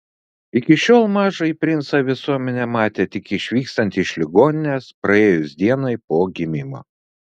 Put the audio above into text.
iki šiol mažąjį princą visuomenė matė tik išvykstantį iš ligoninės praėjus dienai po gimimo